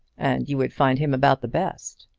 and you would find him about the best.